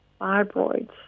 fibroids